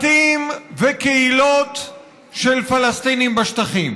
בתים וקהילות של פלסטינים בשטחים.